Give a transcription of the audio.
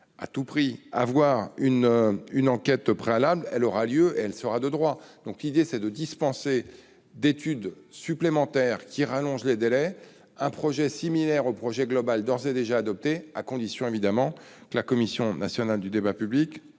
pourra demander une enquête préalable. Celle-ci aura lieu et sera de droit. L'idée est de dispenser d'une étude supplémentaire, qui rallongerait les délais, un projet similaire au projet global ayant d'ores et déjà été adopté, à condition, évidemment, que la Commission nationale du débat public